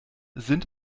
sind